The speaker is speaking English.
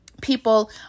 people